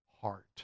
heart